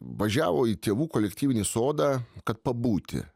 važiavo į tėvų kolektyvinį sodą kad pabūti